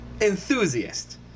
enthusiast